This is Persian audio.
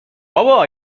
بابا